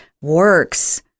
works